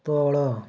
ତଳ